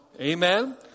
Amen